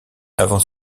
avant